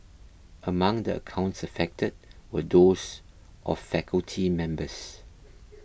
among the accounts affected were those of faculty members